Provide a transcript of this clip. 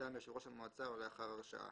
מטעם יושב-ראש המועצה או לאחר הרשעה".